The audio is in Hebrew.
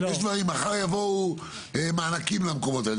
יש דברים, מחר יבואו מענקים למקומות האלה.